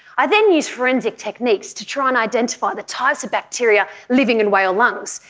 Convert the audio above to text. i then used forensic techniques to try and identify the types bacteria living in whale lungs,